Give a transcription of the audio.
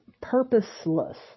purposeless